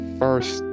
first